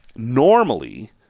normally